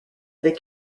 avec